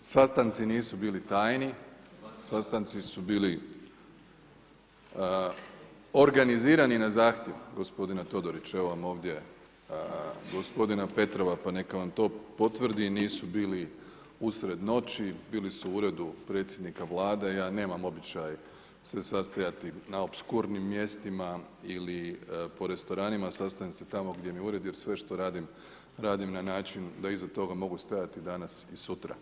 sastanci nisu bili tajni, sastanci su bili organizirani na zahtjev gospodina Todorića, evo vam ovdje gospodina Petorva, pa neka vam to potvrdi, nisu bili usred noći, bili su u uredu predsjednika Vlade, ja nemam običaj se sastajati na opskurnim mjestima ili po restoranima, sastajem se tamo gdje mi je ured, jer sve što radim, radim na način, da iza toga mogu stajati danas i sutra.